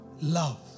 love